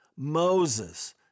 Moses